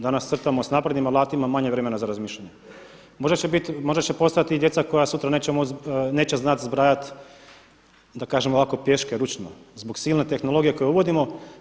Danas crtamo s naprednim alatima, manje vremena za razmišljanje.“ Možda će biti, možda će postojati djeca koja sutra neće znati zbrajati da kažem ovako pješke, ručno zbog silne tehnologije koju uvodimo.